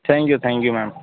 thank you thank you ma'am